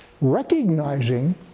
recognizing